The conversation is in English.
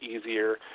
easier